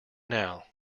now